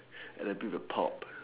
and abit of a pop